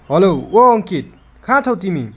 hello ओ अङ्कित कहाँ छौ तिमी